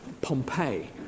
Pompeii